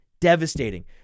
devastating